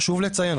חשוב לציין,